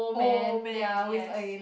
old man yes